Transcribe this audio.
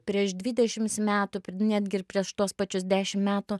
prieš dvidešims metų netgi ir prieš tuos pačius dešim metų